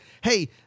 hey